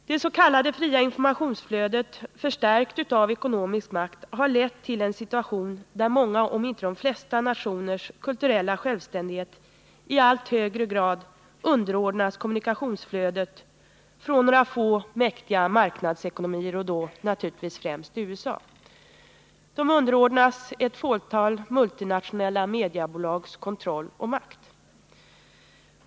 Det s.k. fria informationsflödet förstärkt av ekonomisk makt har lett till en situation där många, om inte de flesta, nationers kulturella självständighet i allt högre grad underordnas kommunikationsflödet från några få mäktiga marknadsekonomier, och då naturligtvis fftämst USA. De underordnas ett fåtal multinationella mediabolags kontroll och makt.